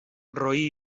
roí